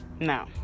No